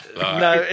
No